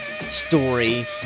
story